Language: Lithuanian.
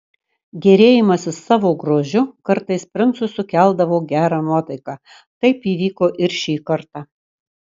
gėrėjimasis savo grožiu kartais princui sukeldavo gerą nuotaiką taip įvyko ir šį kartą